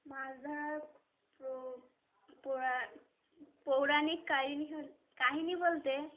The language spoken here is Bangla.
মাছ ধরার পৌরাণিক কাহিনী কাহিনী বলতে